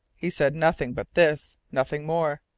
he said nothing but this nothing more.